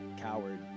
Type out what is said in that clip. coward